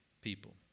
people